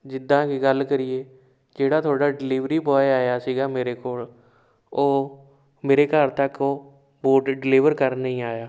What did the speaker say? ਜਿੱਦਾਂ ਕਿ ਗੱਲ ਕਰੀਏ ਜਿਹੜਾ ਤੁਹਾਡਾ ਡਿਲੀਵਰੀ ਬੋਆਏ ਆਇਆ ਸੀਗਾ ਮੇਰੇ ਕੋਲ ਉਹ ਮੇਰੇ ਘਰ ਤੱਕ ਉਹ ਬੂਟ ਡਿਲੀਵਰ ਕਰਨ ਨਹੀਂ ਆਇਆ